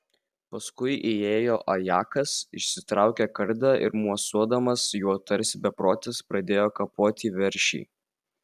paskui įėjo ajakas išsitraukė kardą ir mosuodamas juo tarsi beprotis pradėjo kapoti veršį